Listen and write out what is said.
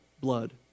blood